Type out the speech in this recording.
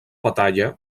batalla